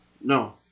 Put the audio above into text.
No